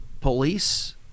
police